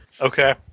okay